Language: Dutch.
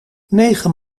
negen